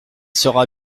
sera